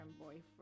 boyfriend